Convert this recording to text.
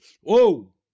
whoa